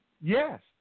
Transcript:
Yes